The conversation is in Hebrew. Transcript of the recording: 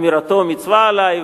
אמירתו מצווה עלי,